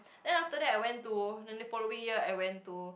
then after that I went to then the following year I went to